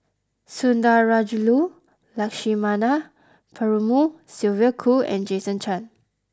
Sundarajulu Lakshmana Perumal Sylvia Kho and Jason Chan